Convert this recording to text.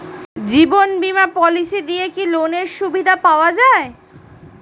জীবন বীমা পলিসি দিয়ে কি লোনের সুবিধা পাওয়া যায়?